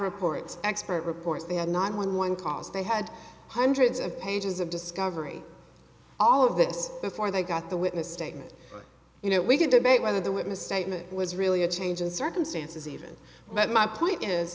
reports expert reports they had not one one calls they had hundreds of pages of discovery all of this before they got the witness statement you know we can debate whether the witness statement was really a change in circumstances even but my point is